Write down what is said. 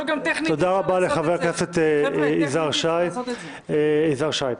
תודה רבה לחבר הכנסת יוראי להב הרצנו.